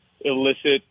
illicit